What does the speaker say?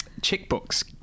checkbooks